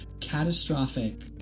catastrophic